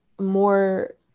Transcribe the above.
more